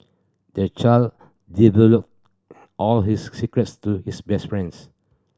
the child divulged all his secrets to his best friends